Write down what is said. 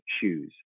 shoes